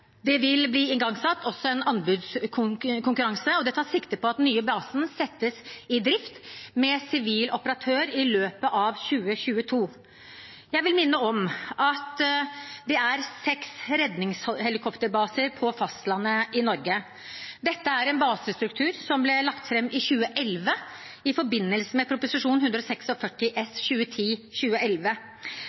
Det vil også bli igangsatt en anbudskonkurranse, og det tas sikte på at den nye basen settes i drift med sivil operatør i løpet av 2022. Jeg vil minne om at det er seks redningshelikopterbaser på fastlandet i Norge. Dette er en basestruktur som ble lagt fram i 2011, i forbindelse med Prop. 146 S